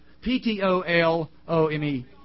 P-T-O-L-O-M-E